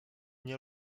nie